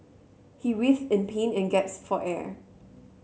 he writhed in pain and gasped for air